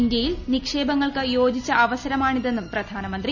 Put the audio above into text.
ഇന്ത്യയിൽ നിക്ഷേപങ്ങൾക്ക് യോജിച്ച അവസരമാണിതെന്നും പ്രധാനമന്ത്രി